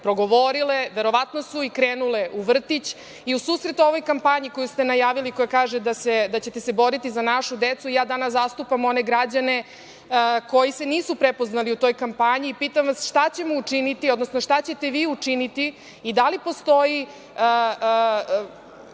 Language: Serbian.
progovorile, verovatno su i krenule u vrtić i u susret ovoj kampanji koju ste najavili, koja kaže da ćete se boriti za našu decu, ja danas zastupam one građane koji se nisu prepoznali u toj kampanji i pitam vas - šta ćemo učiniti, odnosno šta ćete vi učiniti i da li postoji